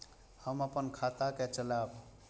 हम अपन खाता के चलाब?